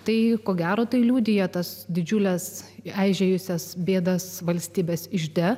tai ko gero tai liudija tas didžiules aižėjusios bėdas valstybės ižde